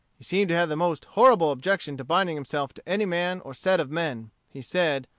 he seemed to have the most horrible objection to binding himself to any man or set of men. he said,